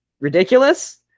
ridiculous